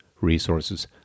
resources